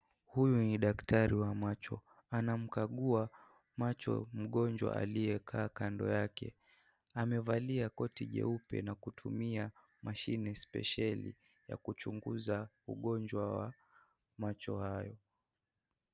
Huyu ni daktari wa macho. Anamkagua macho mgonjwa aliyekaa kando yake. Amevalia koti jeupe na kutumia mashine spesheli ya kuchunguza ugonjwa wa macho hayo.